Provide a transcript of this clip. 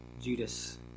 Judas